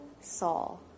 Saul